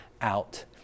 out